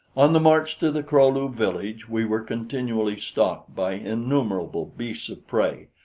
on the march to the kro-lu village we were continually stalked by innumerable beasts of prey,